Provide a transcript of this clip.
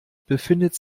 befindet